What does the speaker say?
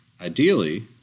Ideally